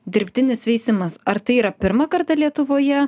dirbtinis veisimas ar tai yra pirmą kartą lietuvoje